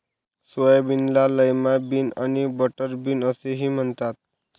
सोयाबीनला lima bean आणि butter bean असेही म्हणतात